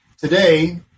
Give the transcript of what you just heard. today